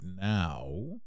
now